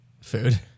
food